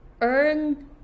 earn